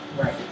right